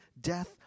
death